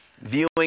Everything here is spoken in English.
Viewing